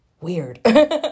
weird